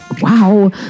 wow